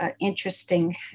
interesting